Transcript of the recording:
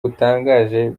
butangaje